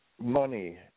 money